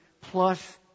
plus